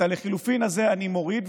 את הלחלופין הזה אני מוריד,